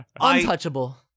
untouchable